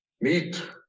meet